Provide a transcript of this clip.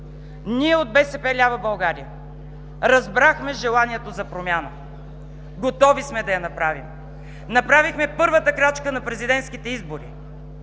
Ние от „БСП лява България” разбрахме желанието за промяна, готови сме да я направим. Направихме първата крачка на президентските избори,